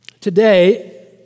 Today